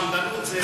חמדנות זה,